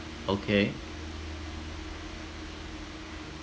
okay